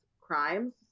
crimes